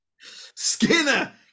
Skinner